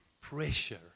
pressure